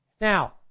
Now